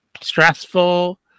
stressful